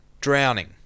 Drowning